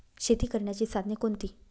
शेती करण्याची साधने कोणती?